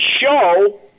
show